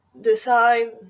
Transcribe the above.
decide